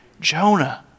Jonah